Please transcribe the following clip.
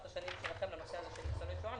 השנים שלכם לנושא הזה של ניצולי שואה.